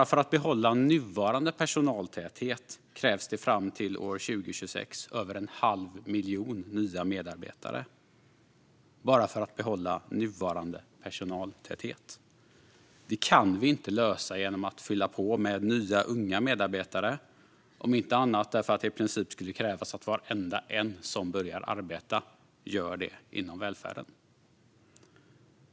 För att behålla bara nuvarande personaltäthet krävs det fram till år 2026 över en halv miljon nya medarbetare. Det kan vi inte lösa genom att fylla på med nya unga medarbetare, inte minst för att det skulle kräva att i princip varenda en som börjar arbeta gör det inom välfärden.